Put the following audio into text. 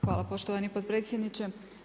Hvala poštovani potpredsjedniče.